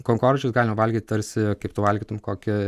kankorėžius galima valgyt tarsi kaip tu valgytum kokį